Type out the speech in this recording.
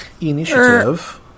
initiative